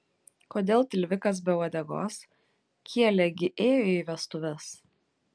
kodėl tilvikas be uodegos kielė gi ėjo į vestuves